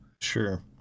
sure